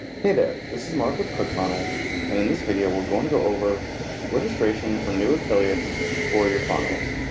hey there, this is mark with clickfunnels and in this video we're going to go over registration for new affiliates for your funnels.